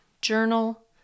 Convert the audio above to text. journal